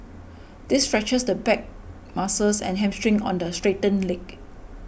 this stretches the back muscles and hamstring on the straightened leg